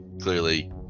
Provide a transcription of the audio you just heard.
Clearly